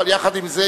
אבל יחד עם זה,